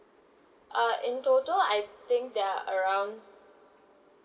uh in total I think there're around